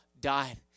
died